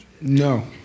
No